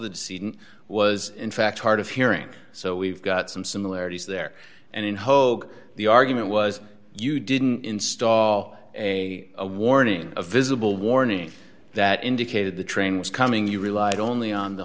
dissident was in fact hard of hearing so we've got some similarities there and in hoke the argument was you didn't install a warning a visible warning that indicated the train was coming you rely only on the